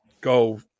go